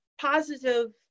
positive